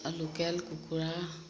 local কুকুৰা